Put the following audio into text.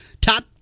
Top